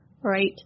right